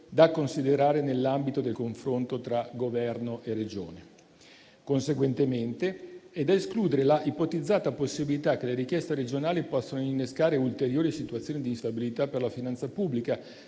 da considerare nell'ambito del confronto tra Governo e Regione. Conseguentemente, è da escludere la ipotizzata possibilità che le richieste regionali possano innescare ulteriori situazioni di instabilità per la finanza pubblica,